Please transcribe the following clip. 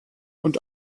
und